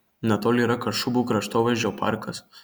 netoli yra kašubų kraštovaizdžio parkas